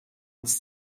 ans